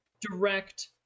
direct